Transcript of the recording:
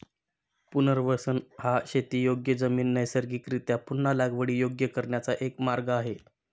पुनर्वसन हा शेतीयोग्य जमीन नैसर्गिकरीत्या पुन्हा लागवडीयोग्य करण्याचा एक मार्ग आहे